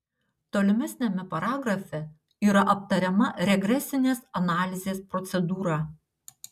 tolimesniame paragrafe yra aptariama regresinės analizės procedūra